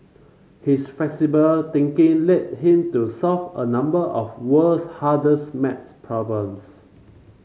his flexible thinking led him to solve a number of world's hardest maths problems